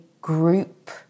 group